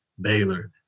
Baylor